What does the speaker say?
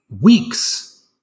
weeks